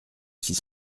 six